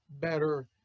better